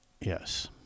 Yes